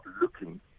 looking